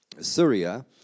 Syria